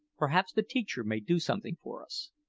perhaps the teacher may do something for us.